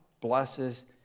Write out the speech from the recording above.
blesses